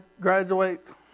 graduates